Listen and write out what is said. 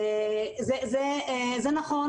זה נכון,